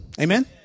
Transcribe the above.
Amen